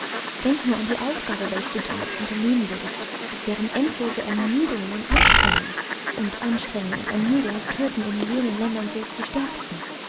denk nur an die aufgabe welche du damit unternehmen würdest es wären endlose ermüdung und anstrengung und anstrengung und ermüdung töten in jenen ländern selbst die stärksten